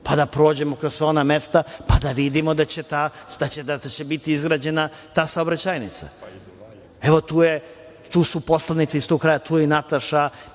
pa da prođemo kroz sva ona mesta, pa da vidimo da će biti izgrađena ta saobraćajnica. Tu su poslanici iz tog kraja. Tu je i Nataša,